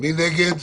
מי נגד?